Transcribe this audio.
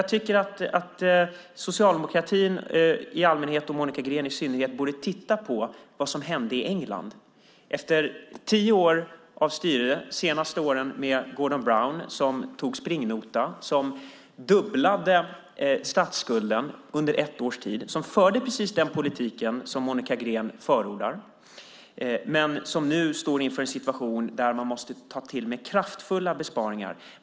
Jag tycker att socialdemokratin i allmänhet och Monica Green i synnerhet borde titta på vad som hände i England. Efter tio års styre, och de senaste åren med Gordon Brown som tog springnota, som dubblade statsskulden under ett års tid och som förde precis den politik som Monica Green förordar, står England nu inför en situation där man måste ta till kraftfulla besparingar.